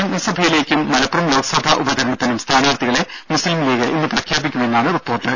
നിയമസഭയിലേക്കും മലപ്പുറം ലോക്സഭാ ഉപതിരഞ്ഞെടുപ്പിനും സ്ഥാനാർത്ഥികളെ മുസ്സിംലീഗ് ഇന്ന് പ്രഖ്യാപിക്കുമെന്നാണ് റിപ്പോർട്ട്